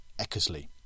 Eckersley